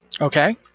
Okay